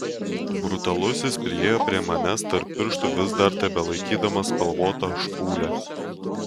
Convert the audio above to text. brutalusis priėjo prie manęs tarp pirštų vis dar tebelaikydamas spalvotą špūlę